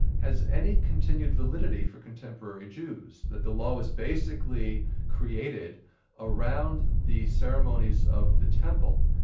has any continued validity for contemporary jews, that the law was basically created around the ceremonies of the temple,